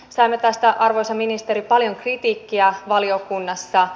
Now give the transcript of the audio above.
saimme tästä arvoisa ministeri paljon kritiikkiä valiokunnassa